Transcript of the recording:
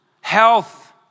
health